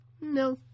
No